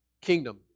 kingdom